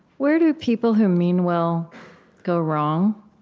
where do people who mean well go wrong?